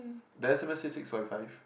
the S M S say six forty five